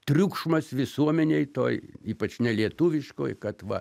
triukšmas visuomenėj toj ypač nelietuviškoj kad va